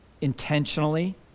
intentionally